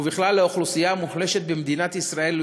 ובכלל לאוכלוסייה המוחלשת במדינת ישראל,